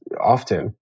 often